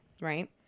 right